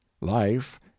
Life